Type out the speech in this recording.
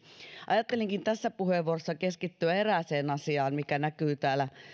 ajattelinkin tässä puheenvuorossa keskittyä erääseen asiaan mikä näkyy täällä